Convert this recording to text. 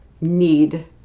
need